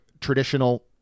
traditional